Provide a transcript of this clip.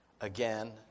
again